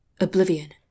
Oblivion